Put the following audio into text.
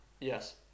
Yes